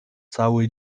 cały